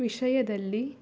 ವಿಷಯದಲ್ಲಿ